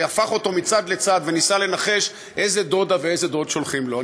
שהפך אותו מצד לצד וניסה לנחש איזה דודה ואיזה דוד שולחים לו.